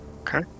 Okay